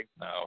No